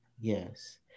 yes